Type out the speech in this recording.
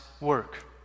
work